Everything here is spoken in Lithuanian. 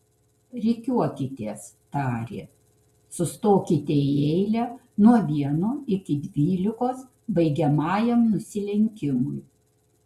rikiuokitės tarė sustokite į eilę nuo vieno iki dvylikos baigiamajam nusilenkimui